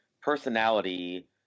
personality